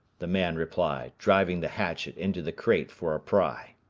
the man replied, driving the hatchet into the crate for a pry.